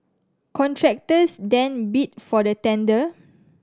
contractors then bid for the tender